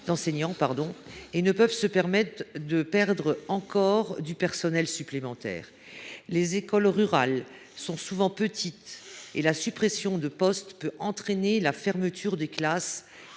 et ne peuvent se permettre de perdre du personnel supplémentaire. Les écoles rurales sont souvent petites et les suppressions de poste peuvent entraîner des fermetures de classe,